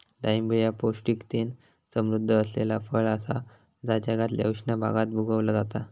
डाळिंब ह्या पौष्टिकतेन समृध्द असलेला फळ असा जा जगातल्या उष्ण भागात उगवला जाता